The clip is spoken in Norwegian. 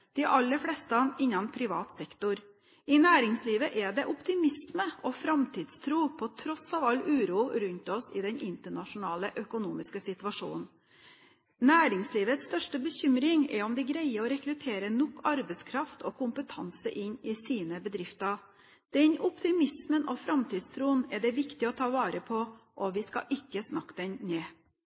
de aller fleste innenfor privat sektor. I næringslivet er det optimisme og framtidstro på tross av all uro rundt oss i den internasjonale økonomiske situasjonen. Næringslivets største bekymring er om de greier å rekruttere nok arbeidskraft og kompetanse inn i sine bedrifter. Den optimismen og framtidstroen er det viktig å ta vare på, og vi skal ikke snakke den ned.